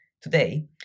Today